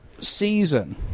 season